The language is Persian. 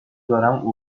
دارم